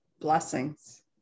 blessings